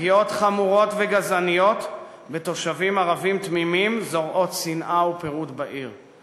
פגיעות חמורות וגזעניות בתושבים ערבים תמימים זורעות שנאה ופירוד בעיר.